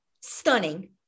stunning